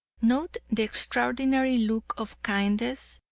note the extraordinary look of kindness,